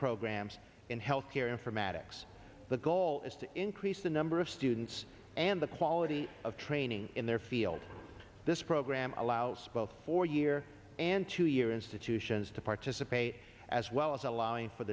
programs in healthcare informatics the goal is to increase the number of students and the quality of training in their field this program allows both four year and two year institutions to participate as well as allowing for